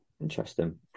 Interesting